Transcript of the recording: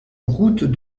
route